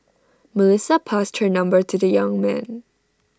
Melissa passed her number to the young man